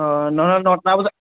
অঁ নহ'লে নটা বজাত